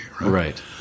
Right